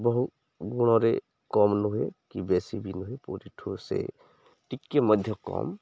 ବହୁ ଗୁଣରେ କମ୍ ନୁହେଁ କି ବେଶୀ ବି ନୁହେଁ ପୁରୀଠୁ ସେ ଟିକେ ମଧ୍ୟ କମ୍